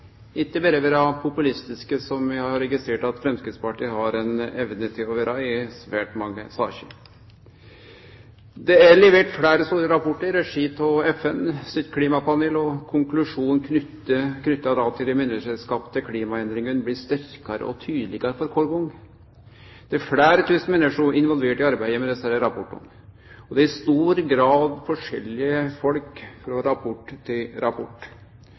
ikkje berre vere populistiske, som vi har registrert at Framstegspartiet har ei evne til å vere i svært mange saker. Det er levert fleire slike rapportar i regi av FNs klimapanel, og konklusjonen knytt til dei menneskeskapte klimaendringane blir sterkare og tydelegare for kvar gong. Det er fleire tusen menneske involverte i arbeidet med desse rapportane, og det er i stor grad forskjellige folk frå rapport til rapport.